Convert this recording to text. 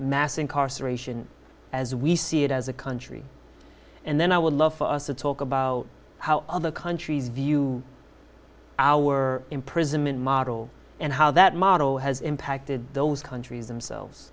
mass incarceration as we see it as a country and then i would love to talk about how other countries view our imprisonment model and how that model has impacted those countries themselves